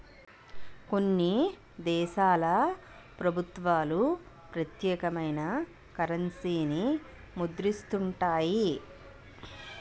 కొన్ని దేశాల ప్రభుత్వాలు ప్రత్యేకమైన కరెన్సీని ముద్రిస్తుంటాయి